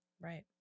Right